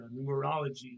numerology